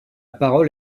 parole